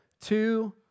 Two